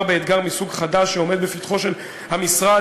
באתגר מסוג חדש שעומד לפתחו של המשרד,